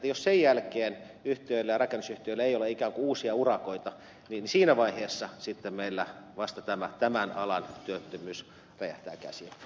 jos sen jälkeen rakennusyhtiöillä ei ole ikään kuin uusia urakoita niin siinä vaiheessa sitten meillä vasta tämän alan työttömyys räjähtää käsiin